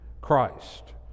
Christ